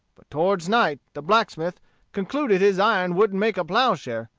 but toward night the blacksmith concluded his iron wouldn't make a ploughshare,